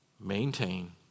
maintain